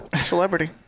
celebrity